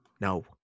No